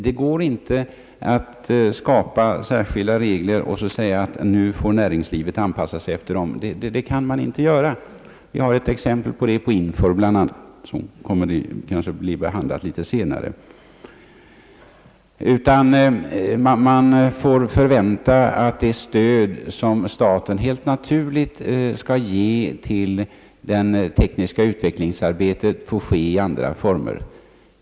Det går inte att skapa särskilda regler och säga att nu får näringslivet anpassa sig efter dem — vi har ett exempel på detta i INFOR bl.a. som kanske kommer att bli behandlat litet senare. Vi bör räkna med att det stöd som staten helt naturligt skall ge det tekniska utvecklingsarbetet får lämnas i andra former.